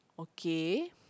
okay